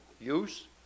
use